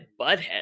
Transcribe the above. Butthead